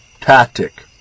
tactic